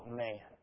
man